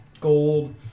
gold